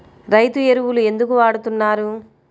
రైతు ఎరువులు ఎందుకు వాడుతున్నారు?